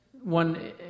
one